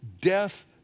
death